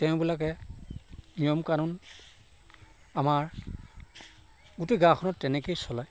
তেওঁবিলাকে নিয়ম কানুন আমাৰ গোটেই গাঁওখনত তেনেকেই চলায়